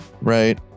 right